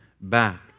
back